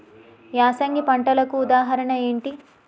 యాసంగి పంటలకు ఉదాహరణ ఏంటి?